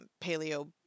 paleo